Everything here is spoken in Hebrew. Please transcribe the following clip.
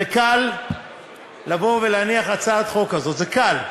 זה קל לבוא ולהניח הצעת חוק כזאת, זה קל,